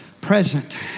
present